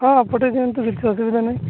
ହଁ ପଠେଇ ଦିଅନ୍ତୁ କିଛି ଅସୁବିଧା ନାହିଁ